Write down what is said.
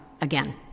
again